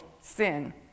sin